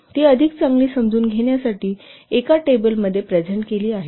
ती अधिक चांगली समजून घेण्यासाठी एका टेबलमध्ये प्रेसेंट केली आहेत